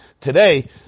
Today